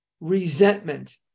resentment